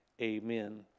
amen